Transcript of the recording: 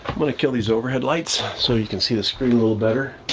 i'm gonna kill these overhead lights so you can see the screen a little better.